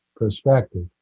perspective